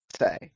say